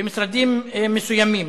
במשרדים מסוימים,